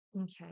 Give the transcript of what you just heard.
Okay